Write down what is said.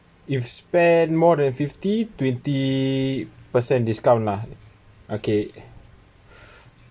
if spend more than fifty twenty percent discount lah okay